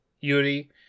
Yuri